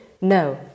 No